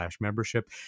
membership